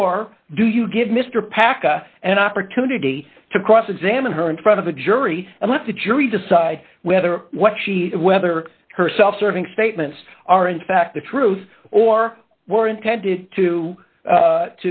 or do you give mr packer an opportunity to cross examine her in front of the jury and let the jury decide whether what she whether her self serving statements are in fact the truth or were intended to